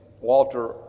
Walter